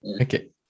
Okay